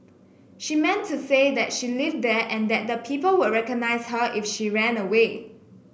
she meant to say that she lived there and that people would recognise her if she ran away